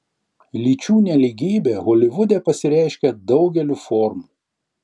lyčių nelygybė holivude pasireiškia daugeliu formų